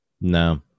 No